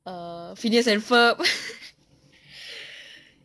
err phineas and ferb